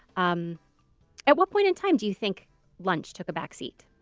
um at what point in time do you think lunch took a backseat?